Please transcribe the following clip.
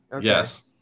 Yes